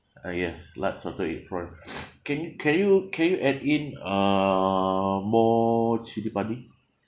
uh yes large salted egg prawn can you can you can you add in uh more chilli padi